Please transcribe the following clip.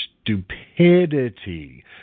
stupidity